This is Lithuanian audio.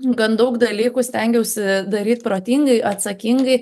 gan daug dalykų stengiausi daryt protingai atsakingai